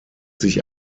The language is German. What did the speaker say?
sich